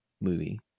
movie